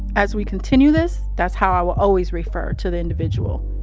as we continue this, that's how i will always refer to the individual,